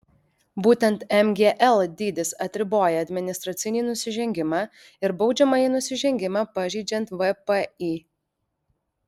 būtent mgl dydis atriboja administracinį nusižengimą ir baudžiamąjį nusižengimą pažeidžiant vpį